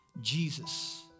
Jesus